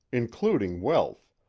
including wealth,